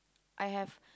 I have